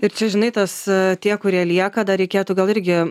ir čia žinai tas tie kurie lieka dar reikėtų gal irgi